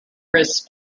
crisp